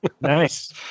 Nice